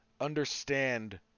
Understand